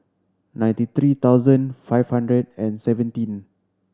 ninety three thousand five hundred and seventeen